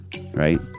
right